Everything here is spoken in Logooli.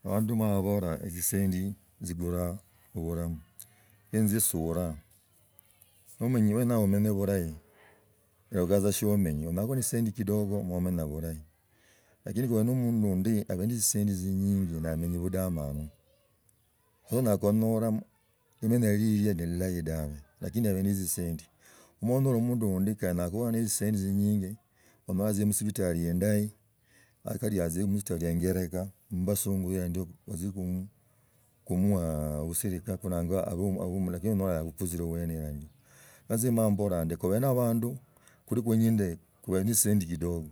Abandu bamala babola ezisendi tzigulaa obulamu khi enzu suraa. Namenyere wene hao omenye bulahi roga tsa shiumenyi uli tsa na tsisendi kidogo moomanya bulahi lakini khuli ne omundu undi abi ne tsisendi tsinyinji na minye buamanukho nakanurwa limenya lilie ni lilahi dabe lakini abi na tzisenti molala omundu undi kandi anyala kuba ni tsisindi tsinyingi amala atzia musibitali endahi kali yachile musibitali angelekha mubasungu ila ndi basie kumsha usirika kunangwa abe mulamu lakini amala akuzila bwene ila ndio ma nzi emala mbola ndi omanye abandu bali ne tzisendi kidogo